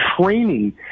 training